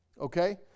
okay